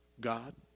God